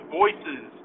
voices